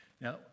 Now